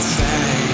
say